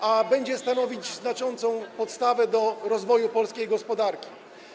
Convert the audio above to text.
ale będzie stanowić znaczącą podstawę do rozwoju polskiej gospodarki?